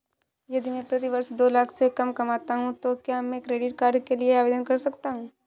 यदि मैं प्रति वर्ष दो लाख से कम कमाता हूँ तो क्या मैं क्रेडिट कार्ड के लिए आवेदन कर सकता हूँ?